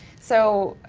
so,